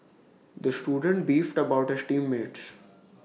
the student beefed about his team mates